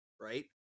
right